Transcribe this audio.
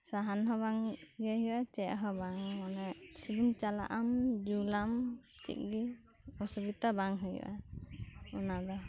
ᱥᱟᱦᱟᱱ ᱦᱚᱸ ᱵᱟᱝ ᱤᱭᱟᱹᱭ ᱦᱳᱭᱳᱜᱼᱟ ᱪᱮᱫ ᱦᱚᱸ ᱵᱟᱝ ᱢᱟᱱᱮ ᱤᱥᱤᱱ ᱪᱟᱞᱟᱜᱼᱟ ᱡᱳᱞᱟᱢ ᱪᱮᱫ ᱜᱮ ᱚᱥᱩᱵᱤᱫᱷᱟ ᱵᱟᱝ ᱦᱳᱭᱳᱜᱼᱟ ᱚᱱᱟᱫᱚ